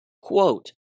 Quote